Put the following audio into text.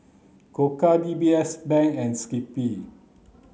Koka D B S Bank and Skippy